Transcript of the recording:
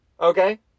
Okay